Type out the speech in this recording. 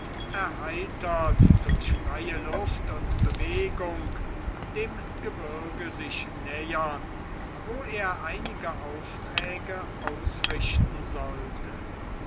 erheitert durch freie luft und bewegung dem gebirge sich nähern wo er einige aufträge ausrichten sollte